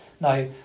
Now